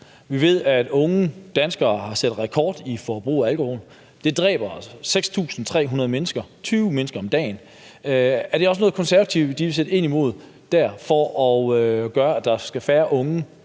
Vi ved, at unge danskere har sat rekord i forbrug af alkohol, og at det dræber 6.300 mennesker, altså 20 mennesker om dagen. Er det også noget, som Konservative vil sætte ind imod for at gøre, at der er færre unge,